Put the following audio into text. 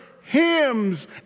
hymns